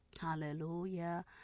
Hallelujah